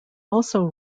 also